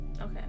okay